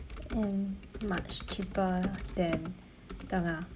and much cheaper than tengah